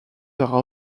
sera